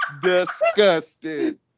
disgusted